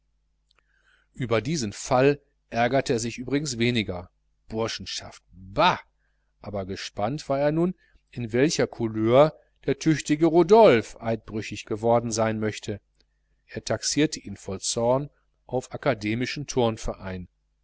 über diesen fall ärgerte er sich übrigens weniger burschenschaft bah aber gespannt war er nun in welcher couleur der tüchtige rodolphe eidbrüchig geworden sein möchte er taxierte ihn voll zorn auf akademischen turnverein